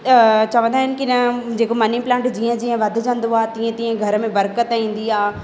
उहो चवंदा आहिनि कि न जेको मनी प्लांट जीअं जीअं वधजंदो आहे तीअं तीअं घर में बरक़त ईंदी आहे